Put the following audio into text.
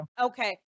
Okay